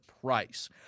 price